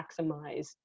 maximize